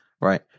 right